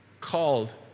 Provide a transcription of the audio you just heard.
called